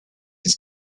his